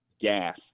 gas